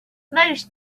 most